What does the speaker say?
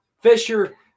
Fisher